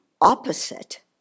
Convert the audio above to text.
opposite